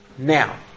Now